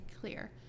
clear